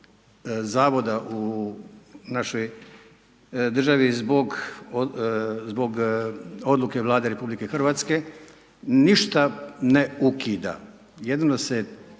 Zavoda u našoj državi zbog odluke Vlade RH ništa ne ukida jedino se